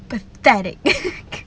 pathetic